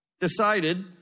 decided